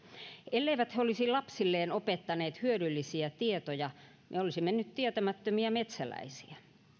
elleivät he olisi lapsilleen opettaneet hyödyllisiä tietoja me olisimme nyt tietämättömiä metsäläisiä